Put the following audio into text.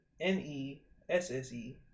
N-E-S-S-E